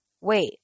Wait